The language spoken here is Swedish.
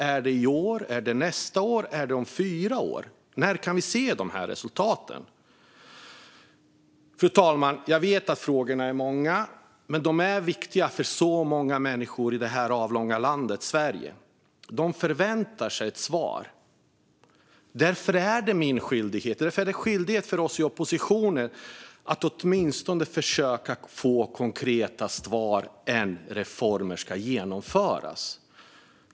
Är det i år, nästa år eller om fyra år? När kan vi se resultaten? Fru talman! Jag vet att frågorna är många, men de är viktiga för många människor i det avlånga landet Sverige. De förväntar sig svar. Därför är det en skyldighet för mig och oss i oppositionen att åtminstone försöka få mer konkreta svar än att "reformer ska genomföras".